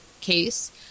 case